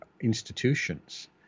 institutions